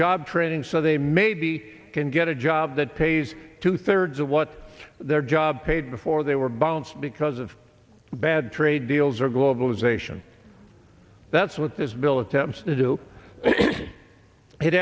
job training so they may be can get a job that pays two thirds of what their job paid before they were bounced because of bad trade deals or globalization that's what this bill attempts to do it